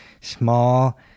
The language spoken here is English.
small